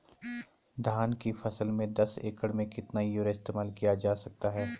धान की फसल में दस एकड़ में कितना यूरिया इस्तेमाल किया जा सकता है?